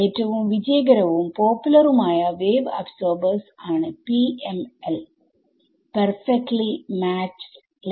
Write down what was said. ഏറ്റവും വിജയകരവും പോപ്പുലറുമായ വേവ് അബ്സോർബേർസ് ആണ് PML Perfectly Matched Layers